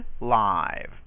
live